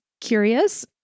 curious